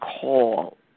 call